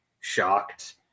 shocked